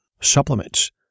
supplements